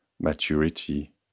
maturity